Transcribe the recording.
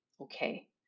okay